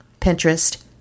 Pinterest